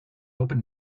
open